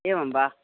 एवं वा